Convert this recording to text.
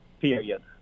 period